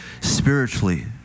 spiritually